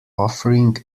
offering